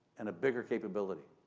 and a bigger capability,